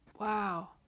Wow